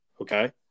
Okay